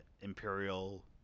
Imperial